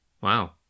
Wow